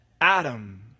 Adam